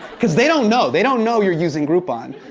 cause they don't know, they don't know you're using groupon.